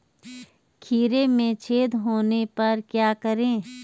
खीरे में छेद होने पर क्या करें?